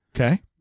Okay